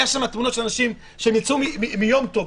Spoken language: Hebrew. היו שם תמונות של אנשים שיצאו מיום טוב,